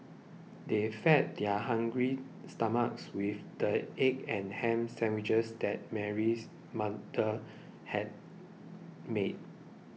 they fed their hungry stomachs with the egg and ham sandwiches that Mary's mother had made